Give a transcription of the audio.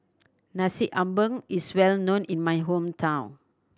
Nasi Ambeng is well known in my hometown